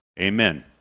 amen